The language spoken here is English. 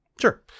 Sure